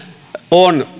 on